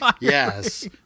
Yes